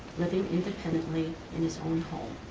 living independently in his own home.